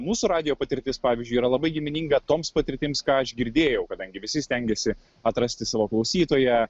mūsų radijo patirtis pavyzdžiui yra labai gimininga toms patirtims ką aš girdėjau kadangi visi stengiasi atrasti savo klausytoją